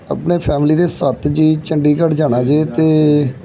ਆਪਣੇ ਫੈਮਲੀ ਦੇ ਸੱਤ ਜੀਅ ਚੰਡੀਗੜ੍ਹ ਜਾਣਾ ਜੇ ਅਤੇ